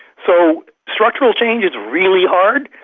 so structural change is really hard,